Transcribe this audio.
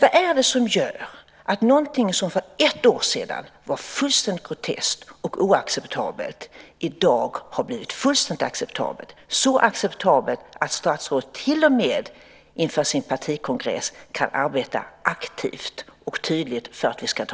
Vad är det som gör att någonting som för ett år sedan var fullständigt groteskt och oacceptabelt i dag har blivit fullständigt acceptabelt, så acceptabelt att statsrådet till och med inför sin partikongress kan arbeta aktivt och tydligt för att vi ska